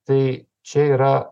tai čia yra